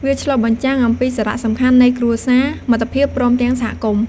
វាឆ្លុះបញ្ចាំងអំពីសារៈសំខាន់នៃគ្រួសារ មិត្តភាព ព្រមទាំងសហគមន៍។